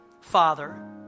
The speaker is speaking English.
Father